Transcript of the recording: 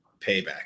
payback